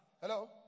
Hello